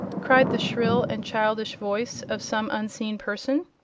cried the shrill and childish voice of some unseen person.